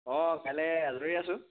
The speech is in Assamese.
অঁ কাইলৈ আজৰি আছোঁ